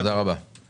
בקשה 20001 תודה.